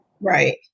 Right